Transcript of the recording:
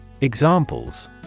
Examples